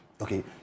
okay